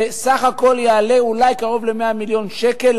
זה סך הכול יעלה אולי קרוב ל-100 מיליון שקל,